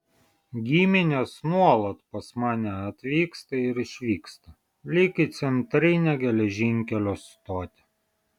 giminės nuolat pas mane atvyksta ir išvyksta lyg į centrinę geležinkelio stotį